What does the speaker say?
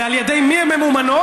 ועל ידי מי הן ממומנות,